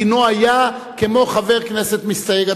דינו היה כמו חבר כנסת מסתייג.